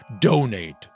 donate